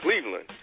Cleveland